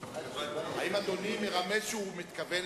והיום אני לא יודע עם מי אני מדבר,